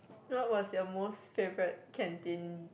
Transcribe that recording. what was your most favourite canteen